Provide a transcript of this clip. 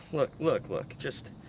look, look, look. just.